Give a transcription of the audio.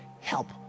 Help